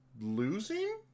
losing